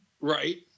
right